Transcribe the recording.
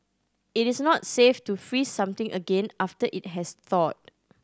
it is not safe to freeze something again after it has thawed